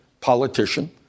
politician